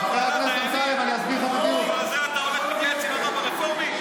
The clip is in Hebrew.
בשביל זה אתה הולך להתייעץ עם הרב הרפורמי?